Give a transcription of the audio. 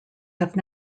have